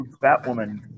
Batwoman